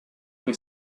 che